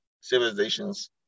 civilizations